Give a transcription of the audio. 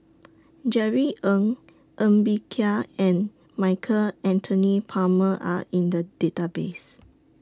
Jerry Ng Ng Bee Kia and Michael Anthony Palmer Are in The Database